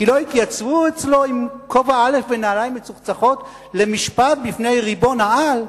כי לא התייצבו אצלו עם כובע א' ונעליים מצוחצחות למשפט בפני ריבון העל?